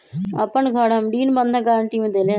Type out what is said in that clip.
अपन घर हम ऋण बंधक गरान्टी में देले हती